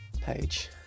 page